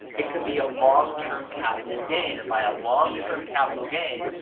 it can be a long-term capital gain. and by a long-term capital gain,